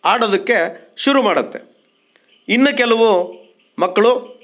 ಆಡೋದಕ್ಕೆ ಶುರು ಮಾಡುತ್ತೆ ಇನ್ನು ಕೆಲವು ಮಕ್ಕಳು